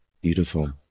Beautiful